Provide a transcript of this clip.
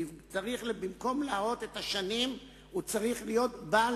במקום להראות את השנים הוא צריך להיות בעל